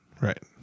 Right